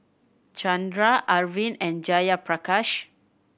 Chandra Arvind and Jayaprakash